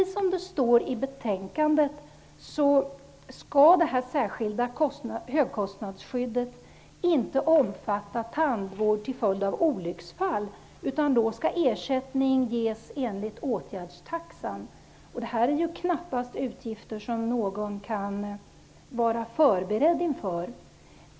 Som det står i betänkandet skall det särskilda högkostnadsskyddet inte omfatta tandvård till följd av olycksfall. Då skall i stället ersättningen ges enligt åtgärdstaxan. Men detta handlar ju knappast om utgifter som någon kan vara förberedd på.